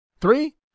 Three